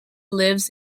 lives